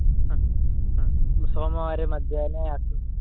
आम् आम् सोमवारे मध्याह्ने अस्तु